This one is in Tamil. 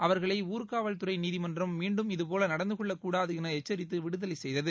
அவர்களை ஊர்காவல்துறை நீதிமன்றம் மீண்டும் இதுபோல நடந்துகொள்ளக் கூடாது என எச்சரித்து விடுதலை செய்தது